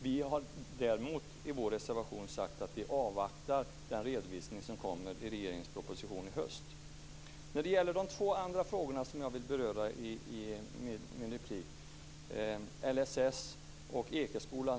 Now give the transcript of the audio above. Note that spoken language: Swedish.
Vi har däremot i vår reservation sagt att vi avvaktar den redovisning som kommer i regeringens proposition i höst. Det finns två andra frågor som jag vill beröra i min replik, först LSS och sedan Ekeskolan.